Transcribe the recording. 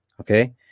Okay